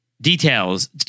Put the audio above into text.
details